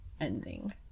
ending